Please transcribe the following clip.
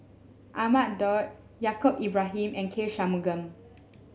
Ahmad Daud Yaacob Ibrahim and K Shanmugam